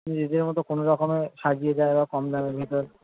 নিজেদের মতো কোনোরকমে সাজিয়ে দেয় ওরা কম দামের ভেতর